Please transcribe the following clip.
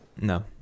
No